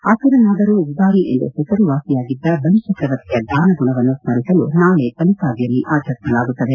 ಅಸುರನಾದರೂ ಉದಾರಿ ಎಂದು ಹೆಸರುವಾಸಿಯಾಗಿದ್ದ ಬಲಿಚರ್ಕವರ್ತಿಯ ದಾನಗುಣವನ್ನು ಸ್ಪರಿಸಲು ನಾಳೆ ಬಲಿಪಾಡ್ವಮಿ ಆಚರಿಸಲಾಗುತ್ತದೆ